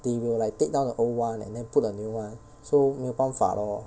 they will like take down the old one and then put the new one so 没有办法 lor